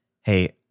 Hey